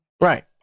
Right